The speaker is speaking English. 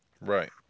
Right